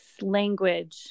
language